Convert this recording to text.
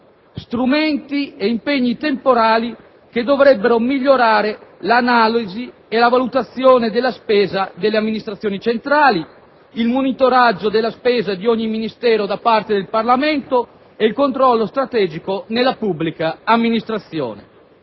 strumenti e impegni temporali che dovrebbero migliorare l'analisi e la valutazione della spesa delle amministrazioni centrali, il monitoraggio della spesa di ogni Ministero da parte del Parlamento e il controllo strategico nella pubblica amministrazione.